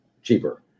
cheaper